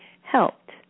helped